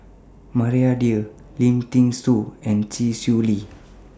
Maria Dyer Lim Thean Soo and Chee Swee Lee